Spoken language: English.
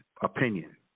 opinion